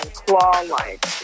claw-like